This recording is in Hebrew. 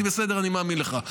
אמרתי: בסדר, אני מאמין לך.